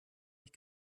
ich